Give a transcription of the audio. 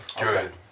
Good